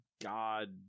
God